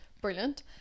brilliant